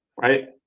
Right